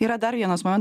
yra dar vienas